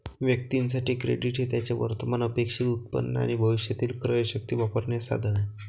व्यक्तीं साठी, क्रेडिट हे त्यांचे वर्तमान अपेक्षित उत्पन्न आणि भविष्यातील क्रयशक्ती वापरण्याचे साधन आहे